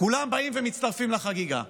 כולם באים ומצטרפים לחגיגה,